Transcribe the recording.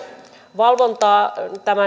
valvontaa